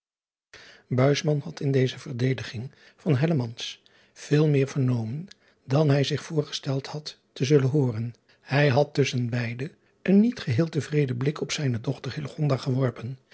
had in deze verdediging van veel meer vernomen dan hij zich voorgesteld had te zullen hooren ij had tusschen beide een niet geheel te vreden blik op zijne dochter geworpen